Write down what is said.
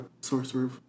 sorcerer